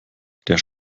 der